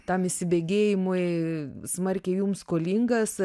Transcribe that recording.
tam įsibėgėjimui smarkiai jums skolingas